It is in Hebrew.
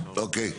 אוקיי.